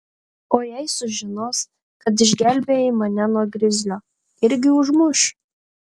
o jei sužinos kad išgelbėjai mane nuo grizlio irgi užmuš